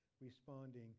responding